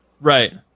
Right